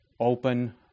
open